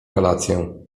kolację